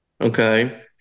Okay